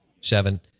seven